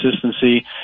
consistency